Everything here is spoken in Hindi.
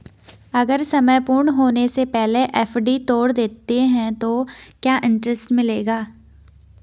अगर समय पूर्ण होने से पहले एफ.डी तोड़ देता हूँ तो क्या इंट्रेस्ट मिलेगा?